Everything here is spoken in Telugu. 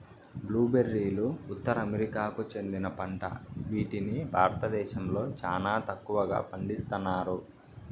బ్లూ బెర్రీలు ఉత్తర అమెరికాకు చెందిన పంట వీటిని భారతదేశంలో చానా తక్కువగా పండిస్తన్నారు